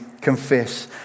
confess